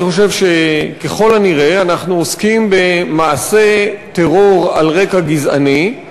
אני חושב שככל הנראה אנחנו עוסקים במעשה טרור על רקע גזעני,